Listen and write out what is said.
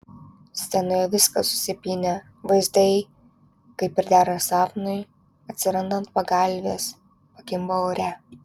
scenoje viskas susipynę vaizdai kaip ir dera sapnui atsiranda ant pagalvės pakimba ore